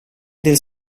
del